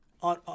On